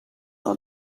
all